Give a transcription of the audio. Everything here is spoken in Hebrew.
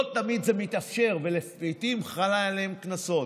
ולא תמיד זה מתאפשר, ולעיתים חלים עליהם קנסות,